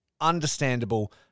understandable